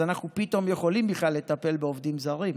אז אנחנו פתאום יכולים בכלל לטפל בעובדים זרים,